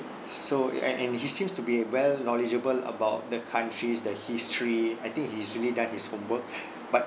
so it eh and he seems to be well knowledgeable about the countries the history I think he's really done his homework but